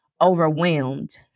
overwhelmed